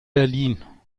berlin